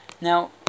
Now